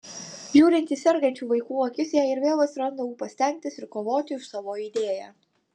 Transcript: žiūrint į sergančių vaikų akis jai ir vėl atsiranda ūpas stengtis ir kovoti už savo idėją